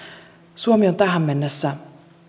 suomi on tähän mennessä